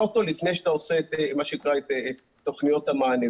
אותו לפני שאתה עושה את תוכניות המענה.